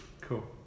cool